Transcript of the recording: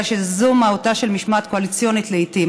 שזו מהותה של משמעת קואליציונית לעיתים.